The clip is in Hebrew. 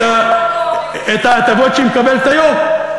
מקומות עבודה, את ההטבות שהיא מקבלת היום.